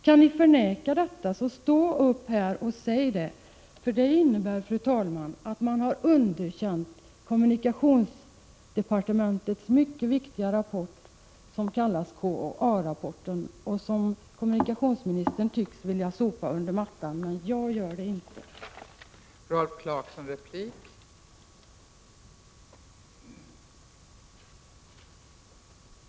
Kan ni förneka detta så stå upp här och säg det, eftersom det, fru talman, innebär att man har underkänt kommunikationsdepartementets mycket viktiga rapport som kallas KAA rapporten och som kommunikationsministern tycks vilja sopa under mattan, men det gör inte jag.